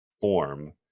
form